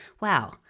Wow